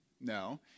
No